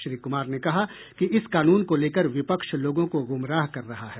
श्री कुमार ने कहा कि इस कानून को लेकर विपक्ष लोगों को गुमराह कर रहा है